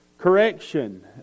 correction